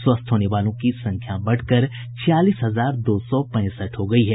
स्वस्थ होने वालों की संख्या बढ़कर छियालीस हजार दो सौ पैंसठ हो गयी है